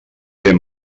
fer